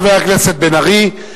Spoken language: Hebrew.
חבר הכנסת בן-ארי,